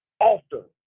often